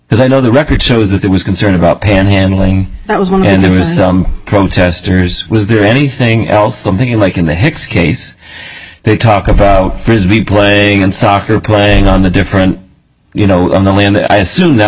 because i know the record shows that there was concern about panhandling that was one and there are some protesters was there anything else something like in the hicks case they talk about frisbee playing and soccer playing on the different you know i assume that